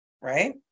Right